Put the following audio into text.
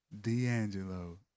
D'Angelo